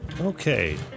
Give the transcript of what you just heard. okay